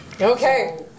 Okay